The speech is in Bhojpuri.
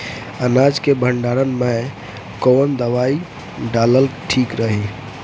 अनाज के भंडारन मैं कवन दवाई डालल ठीक रही?